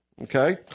Okay